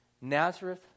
Nazareth